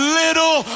little